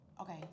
Okay